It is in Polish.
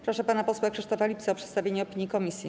Proszę pana posła Krzysztofa Lipca o przedstawienie opinii komisji.